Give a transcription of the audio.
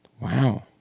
Wow